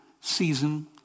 season